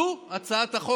זו הצעת החוק.